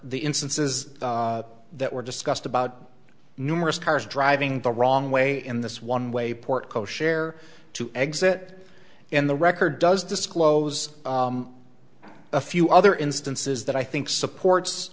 the instances that were discussed about numerous cars driving the wrong way in this one way port koshare to exit in the record does disclose a few other instances that i think supports